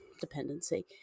dependency